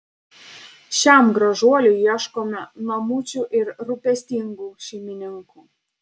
šiam gražuoliui ieškome namučių ir rūpestingų šeimininkų